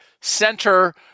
center